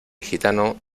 gitano